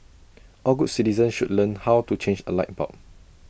all good citizens should learn how to change A light bulb